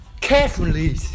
carefully